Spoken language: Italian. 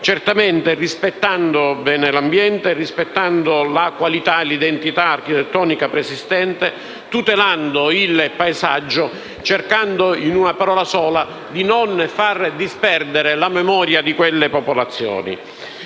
certamente rispettando l'ambiente, la qualità e l'identità architettonica preesistente, tutelando il paesaggio, cercando, in una parola sola, di non far disperdere la memoria di quelle popolazioni.